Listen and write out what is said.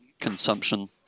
consumption